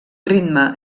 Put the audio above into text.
ritme